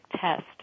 test